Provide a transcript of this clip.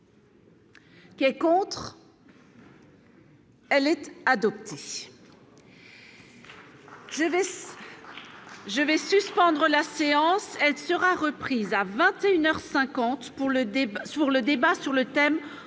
Qui est contre. Elle est adoptée CVS. Je vais suspendre la séance, elle sera reprise à 21 heures 50 pour le débat sur le débat